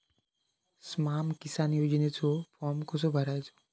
स्माम किसान योजनेचो फॉर्म कसो भरायचो?